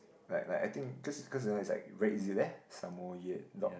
like like I think cause cause you know it's like very easy there Samoyed dog